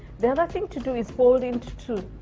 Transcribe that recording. the other thing to do is fold into two.